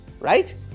Right